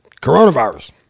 coronavirus